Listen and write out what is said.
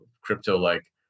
crypto-like